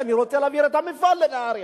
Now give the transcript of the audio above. אני רוצה להעביר את המפעל לנהרייה,